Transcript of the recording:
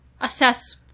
assess